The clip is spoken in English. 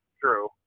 True